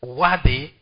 worthy